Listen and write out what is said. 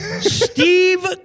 Steve